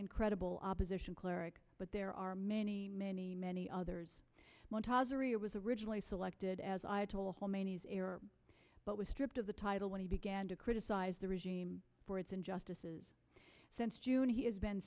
and credible opposition cleric but there are many many many others was a real was originally selected as ayatollah khomeini's error but was stripped of the title when he began to criticize the regime for its injustices since june he has been